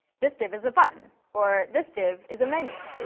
this div is a button, or this div is a menu.